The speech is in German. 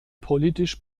politisch